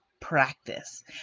practice